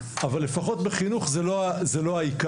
אבל לפחות בחינוך זה לא העיקר,